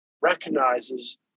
recognizes